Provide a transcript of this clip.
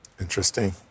Interesting